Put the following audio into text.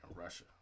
Russia